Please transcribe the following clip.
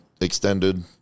extended